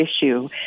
issue